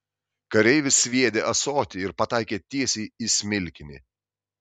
kareivis sviedė ąsotį ir pataikė tiesiai į smilkinį